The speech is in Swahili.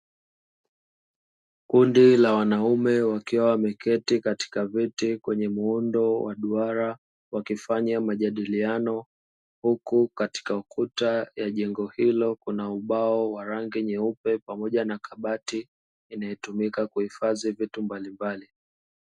Kundi la wanaume wakiwa wameketi katika viti kwenye muundo wa duara, wakifanya majadilino huku katika kuta ya jengo hilo kuna ubao mweupe pamoja na kabati ya mbao inayotumika kuhifadhi vitu mbalimbali.